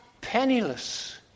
penniless